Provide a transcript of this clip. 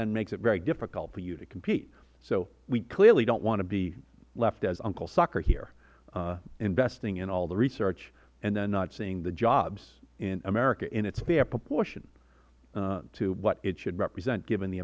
then makes it very difficult for you to compete so we clearly don't want to be left as uncle sucker here investing in all the research and then not seeing the jobs in america in its fair proportion to what it should represent given the